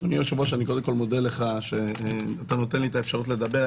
אני קודם כל מודה לך שאתה נותן לי את האפשרות לדבר.